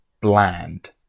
bland